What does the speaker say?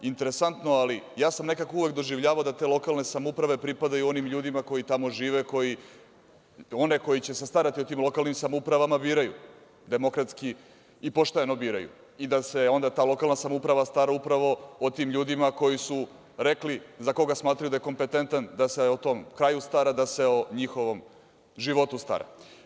Interesantno, ali ja sam nekako uvek doživljavao da te lokalne samouprave pripadaju onim ljudima koji tamo žive, koji one koji će se starati o tim lokalnim samoupravama biraju, demokratski i pošteno biraju, te da se onda ta lokalna samouprava stara upravo o tim ljudima koji su rekli za koga smatraju da je kompetentan da se o tom kraju stara, da se o njihovom životu stara.